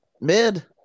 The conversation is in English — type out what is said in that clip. mid